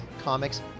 comics